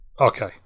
okay